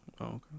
Okay